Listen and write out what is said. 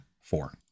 four